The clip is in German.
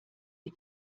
die